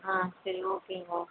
ஆ சரி ஓகேங்க